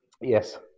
yes